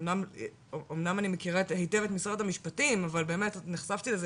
אמנם אני מכירה היטב את משרד המשפטים אבל באמת נחשפתי לזה,